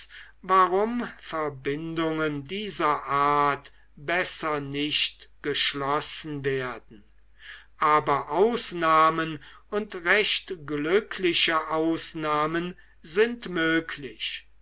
warum verbindungen dieser art besser nicht geschlossen werden aber ausnahmen und recht glückliche ausnahmen sind möglich